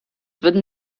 würden